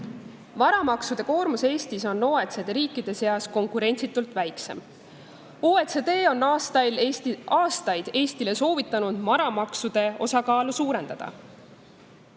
Varamaksude koormus Eestis on OECD riikide seas konkurentsitult väikseim. OECD on aastaid Eestile soovitanud varamaksude osakaalu suurendada.